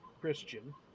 Christian